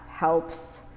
helps